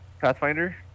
Pathfinder